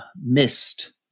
missed